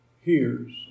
hears